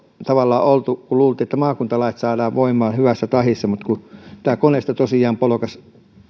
tavallaan ollut kun luultiin että maakuntalait saadaan voimaan hyvässä tahdissa mutta kun tämä koneisto tosiaan polkaisi